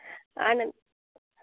आनन्